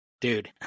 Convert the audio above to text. Dude